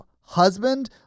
husband